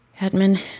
Edmund